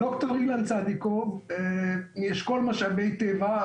ד"ר אילן צדיקוב מאשכול משאבי טבע,